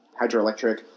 hydroelectric